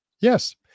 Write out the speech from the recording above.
Yes